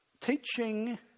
teaching